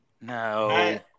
No